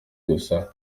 gusa